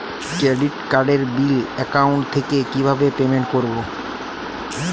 Credit কার্ডের bill account থেকে কিভাবে পেমেন্ট করবো?